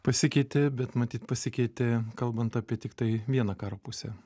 pasikeitė bet matyt pasikeitė kalbant apie tiktai vieną karo pusę